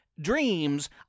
dreams